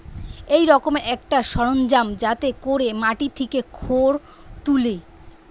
এক রকমের একটা সরঞ্জাম যাতে কোরে মাটি থিকে খড় তুলে